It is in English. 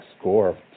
score